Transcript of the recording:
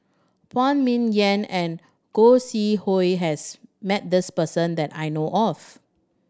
Phan Ming Yen and Gog Sing Hooi has met this person that I know of